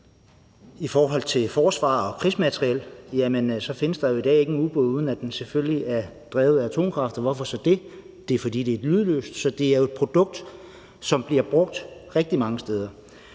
i forhold til forsvar og krigsmateriel, at der i dag ikke findes en ubåd, uden at den selvfølgelig er drevet af atomkraft. Og hvorfor så det? Det er, fordi det er lydløst, så det er jo et produkt, som bliver brugt rigtig mange steder.